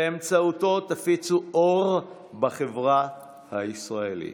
שבאמצעותו תפיצו אור בחברה הישראלית.